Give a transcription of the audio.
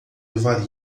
levar